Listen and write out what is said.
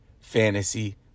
fantasy